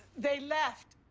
they left.